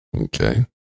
Okay